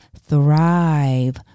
thrive